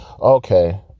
okay